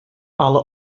alle